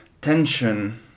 tension